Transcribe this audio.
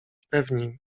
pewni